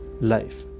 life